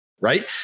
right